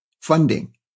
funding